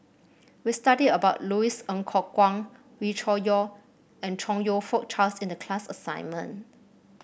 we studied about Louis Ng Kok Kwang Wee Cho Yaw and Chong You Fook Charles in the class assignment